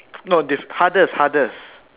no diff~ hardest hardest